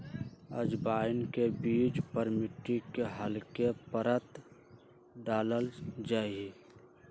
अजवाइन के बीज पर मिट्टी के हल्के परत डाल्ल जाहई